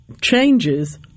changes